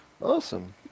awesome